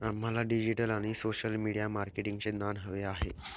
आम्हाला डिजिटल आणि social media मार्केटिंगचे ज्ञान हवे आहे